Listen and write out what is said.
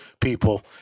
people